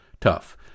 tough